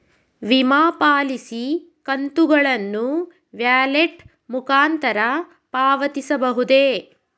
ವಿಮಾ ಪಾಲಿಸಿ ಕಂತುಗಳನ್ನು ವ್ಯಾಲೆಟ್ ಮುಖಾಂತರ ಪಾವತಿಸಬಹುದೇ?